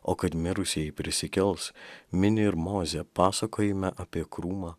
o kad mirusieji prisikels mini ir mozė pasakojime apie krūmą